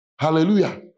Hallelujah